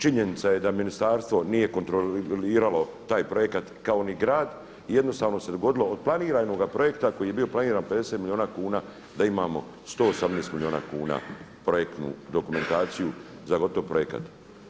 Činjenica je da ministarstvo nije kontroliralo taj projekat kao ni grad i jednostavno se dogodilo od planiranoga projekta koji je bio planiran 50 milijuna kuna da imamo 118 milijuna kuna projektnu dokumentaciju za gotov projekat.